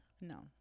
No